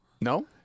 No